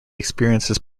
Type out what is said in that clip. experiences